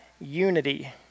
unity